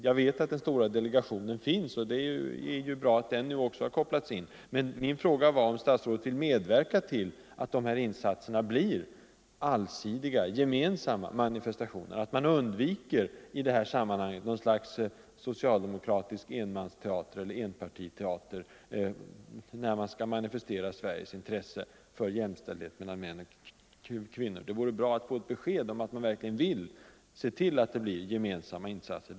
Jag vet att den stora delegationen finns — och det är ju bra att den nu också har kopplats in — men min fråga var, om statsrådet vill medverka till att de här insatserna blir allsidiga gemensamma manifestationer, så att man i det här sammanhanget undviker socialdemokratisk ”enpartiteater” när vi skall manifestera Sveriges intresse för jämställdhet mellan män och kvinnor. Det vore bra om jag kunde få ett besked om att regeringen verkligen vill se till att det blir gemensamma insatser.